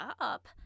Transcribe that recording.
up